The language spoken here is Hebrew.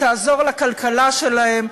תעזור לכלכלה שלהם,